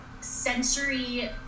sensory